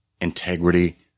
integrity